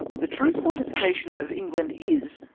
the true fortification of england is,